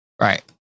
Right